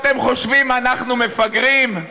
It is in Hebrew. אתם חושבים שאנחנו מפגרים?